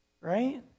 right